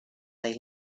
they